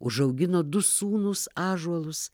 užaugino du sūnūs ąžuolus